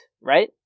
right